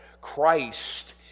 Christ